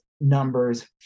numbers